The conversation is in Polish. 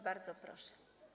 Bardzo proszę.